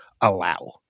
allow